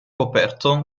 coperto